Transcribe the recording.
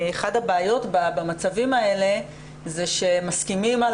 הבעיות במצבים האלה זה שמסכימים,